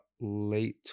late